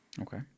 Okay